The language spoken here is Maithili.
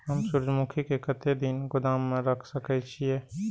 हम सूर्यमुखी के कतेक दिन गोदाम में रख सके छिए?